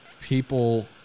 People